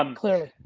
um clearly.